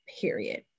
period